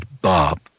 Bob